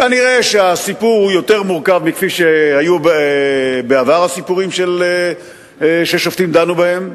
כנראה הסיפור הוא יותר מורכב מכפי שהיו בעבר הסיפורים ששופטים דנו בהם.